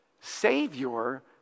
Savior